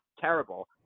terrible